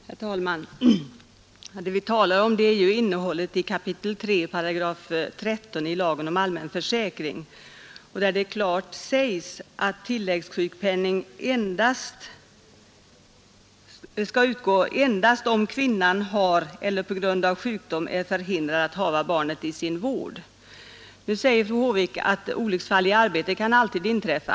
Nr 117 Herr talman! Det vi talar om är ju innehållet i 3 kap. 13 § lagen om Onsdagen den allmän försäkring, där det klart stadgas att sjukpenning skall utgå ”endast — 15 november 1972 om kvinnan har eller på grund av sjukdom är förhindrad att hava barnet i fer er sin vård”. Nu säger fru Håvik att olycksfall i arbetet kan alltid inträffa.